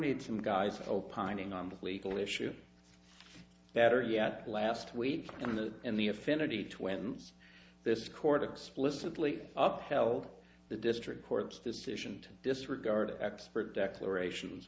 some guys opining on the legal issue better yet last week in the in the affinity twins this court explicitly up held the district court's decision to disregard expert declarations